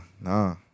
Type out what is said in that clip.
nah